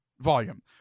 volume